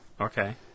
okay